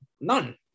None